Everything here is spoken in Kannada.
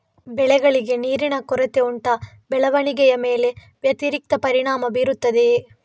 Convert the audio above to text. ಬೆಳೆಗಳಿಗೆ ನೀರಿನ ಕೊರತೆ ಉಂಟಾ ಬೆಳವಣಿಗೆಯ ಮೇಲೆ ವ್ಯತಿರಿಕ್ತ ಪರಿಣಾಮಬೀರುತ್ತದೆಯೇ?